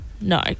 No